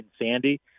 Sandy